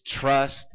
trust